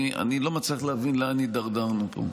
אני לא מצליח להבין לאן הידרדרנו פה.